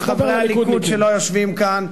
חברי הליכוד שלא יושבים כאן,